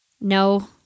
No